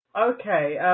Okay